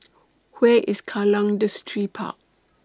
Where IS Kallang Distripark